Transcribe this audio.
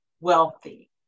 wealthy